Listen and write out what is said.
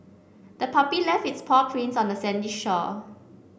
the puppy left its paw prints on the sandy shore